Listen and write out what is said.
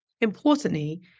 Importantly